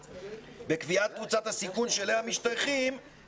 בקביעת קבוצת הסיכון שאליה משתייכים,